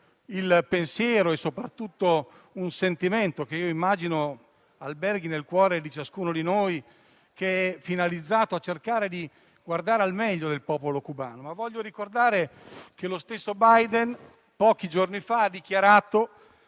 il pensiero e un sentimento - che immagino alberghi nel cuore di ciascuno di noi - finalizzato a cercare di guardare al meglio del popolo cubano. Voglio però ricordare che lo stesso Biden pochi giorni fa ha dichiarato